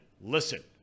listen